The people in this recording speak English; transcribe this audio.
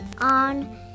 on